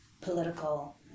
political